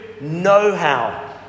know-how